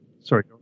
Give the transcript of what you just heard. Sorry